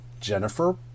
Jennifer